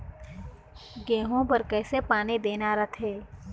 गेहूं बर कइसे पानी देना रथे?